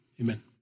amen